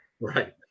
Right